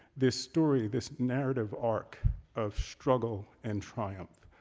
this story, this narrative arc of struggle and triumph,